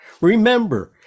Remember